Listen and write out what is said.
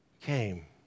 came